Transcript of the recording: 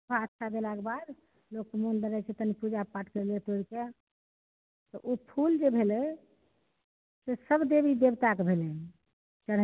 भा अच्छा देलाक बाद लोक क मोन लगै छै तनी पूजा पाठ कैर लियै तोइर कै त उ फूल जे भेलै से सब देवी देबता क भेलैन चरहै